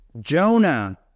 Jonah